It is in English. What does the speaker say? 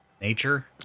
Nature